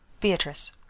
Beatrice